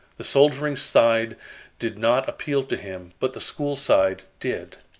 the soldiering side did not appeal to him, but the school side did.